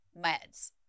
meds